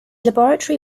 laboratory